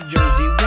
Jersey